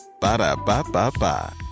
Ba-da-ba-ba-ba